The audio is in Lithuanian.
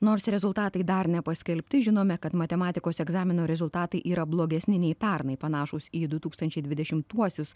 nors rezultatai dar nepaskelbti žinome kad matematikos egzamino rezultatai yra blogesni nei pernai panašūs į du tūkstančiai dvidešimtuosius